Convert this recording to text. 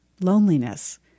loneliness